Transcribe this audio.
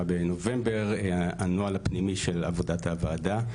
בנובמבר זה הנוהל הפנימי של עבודת הוועדה,